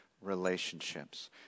relationships